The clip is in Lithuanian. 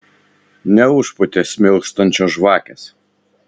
neužpūtė smilkstančios žvakės